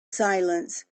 silence